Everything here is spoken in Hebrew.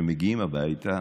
שמגיעים הביתה